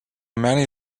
many